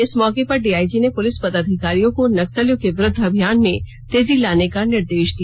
इस मौके पर डीआईजी ने पुलिस पदाधिकारियों को नक्सलियों के विरुद्ध अभियान में तेजी लाने का निर्देश दिया